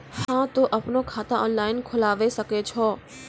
हाँ तोय आपनो खाता ऑनलाइन खोलावे सकै छौ?